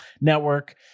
network